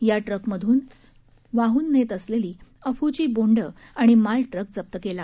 या ट्रक मधून पाहू नेत असलेली अफूची बोंडे आणि मालट्रक जप्त केला